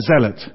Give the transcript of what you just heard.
zealot